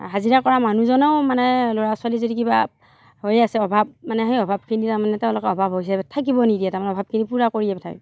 হাজিৰা কৰা মানুহজনেও মানে ল'ৰা ছোৱালী যদি কিবা হৈ আছে অভাৱ মানে সেই অভাৱখিনি তাৰমানে তেওঁলোকে অভাৱ হিচাপে থাকিব নিদিয়ে তাৰমানে অভাৱখিনি পূৰা কৰিয়েই পঠায়